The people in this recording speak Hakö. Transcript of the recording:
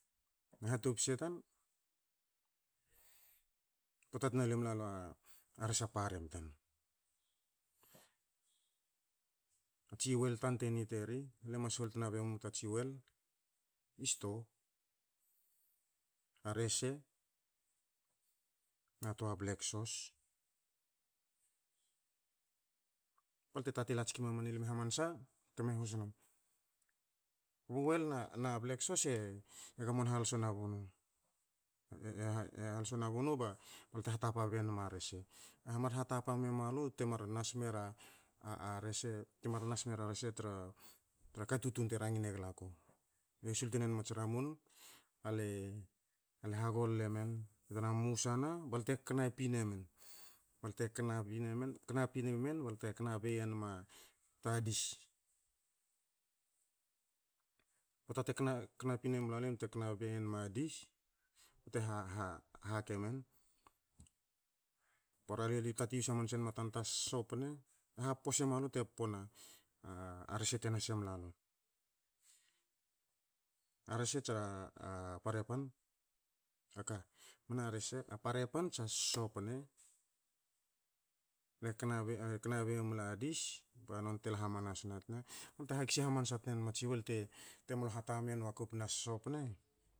Na hatopse tan. Pota tena lu emulalu rese a parem tantsi oil tan te need eri. Le mas hol tna be ma ta tsi oil i store, a rese, a toa black sos, balte tatin la tski mamani lme hamansa teme nas num. U oil na- na blek sos e gamon halso nabunu. E ha- halso nabunu ba lo te hatapa nabenma rese. Te mar hatapa mla lu, te mar nas mera rese tra- tra katutun te rangine gla ku. Yosul tun enum a tsi ramun ale- ale ha golle men, bte musa na balte kana pin emen. Balte kna bi ne men, kna pi ne men ble te kana bei e nom ta dis. Pota te kna- kna pin e mula len bte kna bei e nom a dis, bte ha- ha- hakei e men. Bora alte tatin yus hamanse nma tanta sosopne, happo semalu te ppo na rese te nas emlalu. A rese tsa parepan, a ka, men a rese, parepan tsa sosopne. Le kna boi e kna boi e mla dis, ba noni te la hamas na tna bte hkis hamas a ke nom a tsi oil mol hatame a no kopin a sosopne